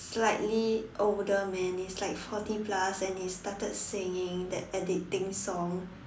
slightly older man he's like forty plus and he started singing that addicting song